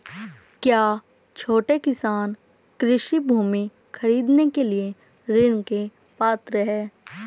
क्या छोटे किसान कृषि भूमि खरीदने के लिए ऋण के पात्र हैं?